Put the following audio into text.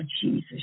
Jesus